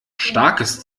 starkes